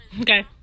Okay